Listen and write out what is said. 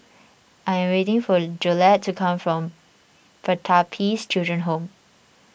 I am waiting for Jolette to come from Pertapis Children Home